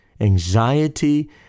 anxiety